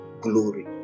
glory